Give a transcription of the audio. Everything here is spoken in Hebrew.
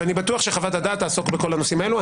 אני בטוח שחוות הדעת תעסוק בכל הנושאים האלו.